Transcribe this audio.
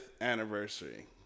anniversary